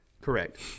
Correct